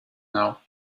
now